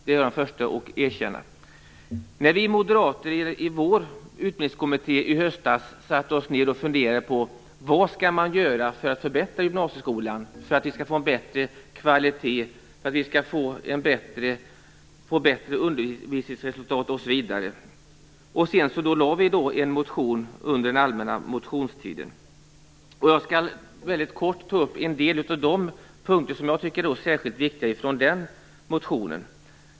Det är jag den förste att erkänna. Vi moderater satte oss i höstas ned i vår utbildningskommitté och funderade på vad man skall göra för att förbättra gymnasieskolan så att den får högre kvalitet och bättre undervisningsresultat. Sedan lade vi fram en motion under den allmänna motionstiden. Jag skall väldigt kort ta upp en del av de punkter som jag tycker är särskilt viktiga i motionen.